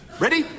Ready